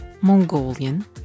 Mongolian